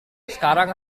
sekarang